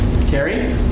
Carrie